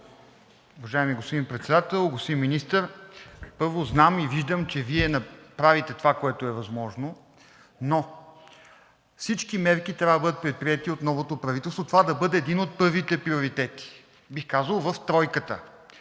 Уважаеми господин Председател! Господин Министър, първо, знам и виждам, че Вие правите това, което е възможно, но всички мерки трябва да бъдат предприети от новото правителство. Това да бъде един от първите приоритети, бих казал – в тройката.